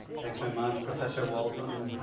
thanks very much, professor walton.